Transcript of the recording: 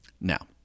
now